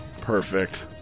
Perfect